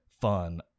fun